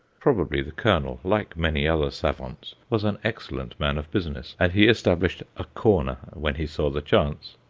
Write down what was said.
probably the colonel, like many other savants, was an excellent man of business, and he established a corner when he saw the chance.